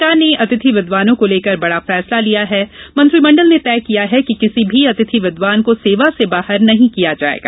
सरकार ने अतिथि विद्वानों को लेकर बड़ा फैसला लिया है मंत्रिमण्डल ने तय किया है कि किसी भी अतिथि विद्वान को सेवा से बाहर नहीं किया जाएगा